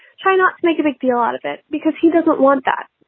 try not to make a big deal out of it because he doesn't want that.